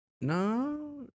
No